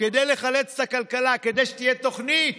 כדי לחלץ את הכלכלה, כדי שתהיה תוכנית.